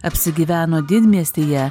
apsigyveno didmiestyje